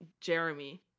Jeremy